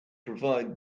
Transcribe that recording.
provide